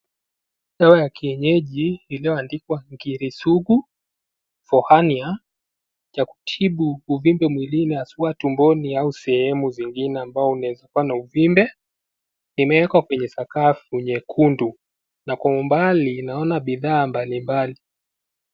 Dawa ya kienyeji iliyoandikwa(cs) 'Ngiri Sugu For Hernia'(cs)cha kutibu uvimbe mwilini haswa tumboni au sehemu zingine unaeza kua na uvimbe, umeekwa kwenye sakafu nyekundu na kwa umbali tunaona bidhaa zingine mbali mbali.